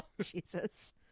Jesus